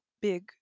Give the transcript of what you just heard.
big